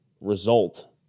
result